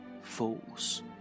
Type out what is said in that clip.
false